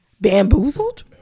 Bamboozled